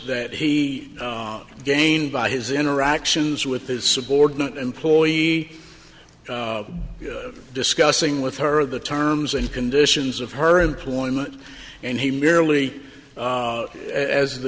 that he gained by his interactions with his subordinate employee discussing with her the terms and conditions of her employment and he merely as the